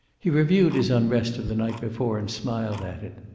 he reviewed his unrest of the night before, and smiled at it.